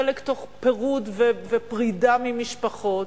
חלק תוך פירוד ופרידה ממשפחות,